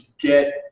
get